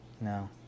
No